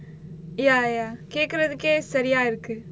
ya ya கேக்குறதுக்கே சரியா இருக்கு:kekkurathukkae sariyaa irukku